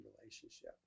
relationship